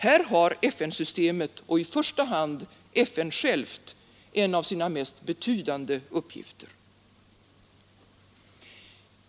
Här har FN-systemet och i första hand FN självt en av sina mest betydande uppgifter.